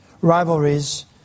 rivalries